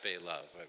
love